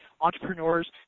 Entrepreneurs